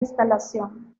instalación